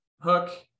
hook